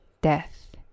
death